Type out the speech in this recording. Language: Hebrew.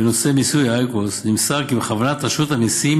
בנושא מיסוי אייקוס נמסר כי בכוונת רשות המיסים